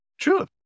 True